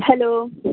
hello